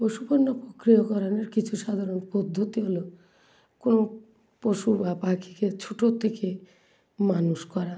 পশু পণ্য পোক্রিয়াকরণের কিছু সাধারণ পদ্ধতি হলো কোনো পশু বা পাখিকে ছোটোর থেকে মানুষ করা